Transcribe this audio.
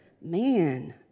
man